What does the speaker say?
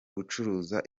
gucuruza